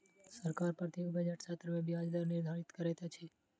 सरकार प्रत्येक बजट सत्र में ब्याज दर निर्धारित करैत अछि